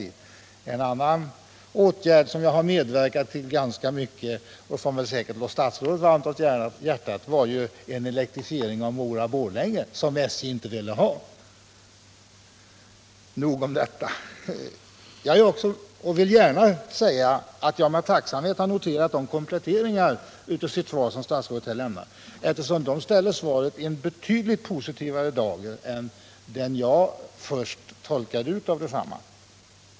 En annan åtgärd som jag har medverkat till ganska mycket, och som säkert har legat statsrådet varmt om hjärtat, är en elektrifiering av järnvägen Mora-Borlänge, som SJ inte ville ha. Nog om detta. Jag vill gärna säga att jag med tacksamhet har noterat de kompletteringar av sitt svar som statsrådet nu har lämnat, eftersom de ställer svaret i en betydligt mera positiv dager än som jag först tolkade detsamma.